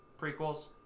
prequels